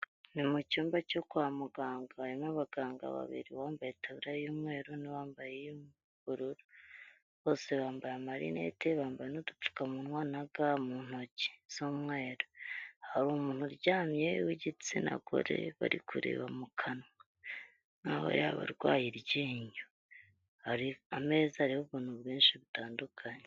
Ni mu cyumba cyo kwa muganga, harimo abaganga babiri uwambaye itaburiya y'umweru n'uwambaye iy'ubururu, bose bambaye amarinete bambara n'udupfukamunwa na ga mu ntoki z'umweru, hari umuntu uryamye w'igitsina gore bari kureba mu kanwa, nk'aho yaba arwaye iryinyo, hari ameza ariho ubuntu bwinshi butandukanye.